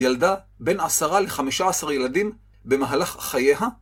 ילדה בין עשרה לחמישה עשרה ילדים במהלך חייה